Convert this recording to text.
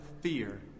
fear